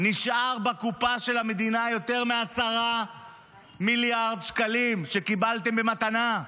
נשארו בקופה של המדינה יותר מ-10 מיליארד שקלים שקיבלתם במתנה.